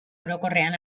orokorrean